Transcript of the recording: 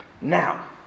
Now